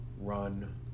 run